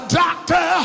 doctor